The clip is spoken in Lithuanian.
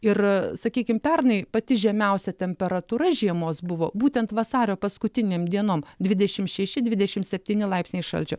ir sakykim pernai pati žemiausia temperatūra žiemos buvo būtent vasario paskutinėm dienom dvidešim šeši dvidešim septyni laipsniai šalčio